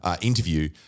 interview